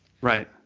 Right